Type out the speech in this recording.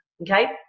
Okay